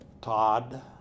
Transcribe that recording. Todd